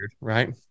Right